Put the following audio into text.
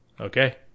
Okay